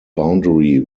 boundary